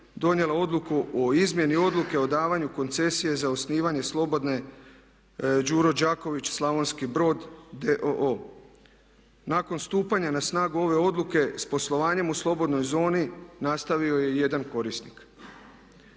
donijela Odluku o izmjeni Odluke o davanju koncesije za osnivanje slobodne zone „Đuro Đaković“ Slavonski Brod d.o.o. Nakon stupanja na snagu ove odluke s poslovanjem u slobodnoj zoni nastavio je jedan korisnik.